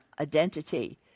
identity